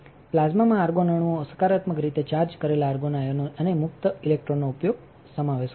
પ્લાઝ્મામાં argon અણુઓ સકારાત્મક રીતે ચાર્જ કરેલા આર્ગોન આયનો અને મુક્ત ઇલેક્ટ્રોનનો સમાવેશ કરે છે